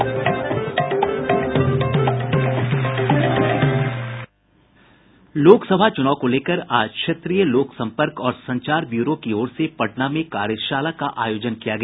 लोकसभा चुनाव को लेकर आज क्षेत्रीय लोक सम्पर्क और संचार ब्यूरो की ओर से पटना में कार्यशाला का आयोजन किया गया